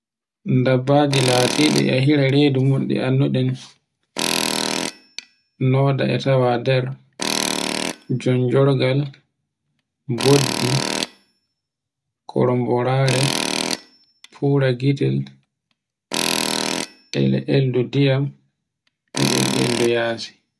Dabbaji latidi e hira redumun no annduden, noda e tawa nder, jonjorgal, boddi, koromborare, furagitel, e le-le'endu ndiyam e el'eldu yasi.